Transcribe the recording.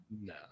no